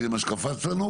כי זה מה שקפץ לנו,